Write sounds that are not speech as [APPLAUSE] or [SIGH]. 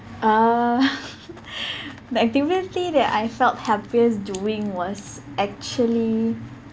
uh [LAUGHS] the activity that I felt happiest doing was actually